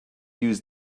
used